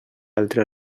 altre